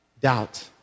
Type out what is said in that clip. doubt